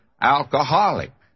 alcoholic